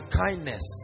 kindness